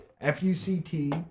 F-U-C-T